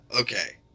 okay